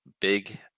big